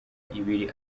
ibiri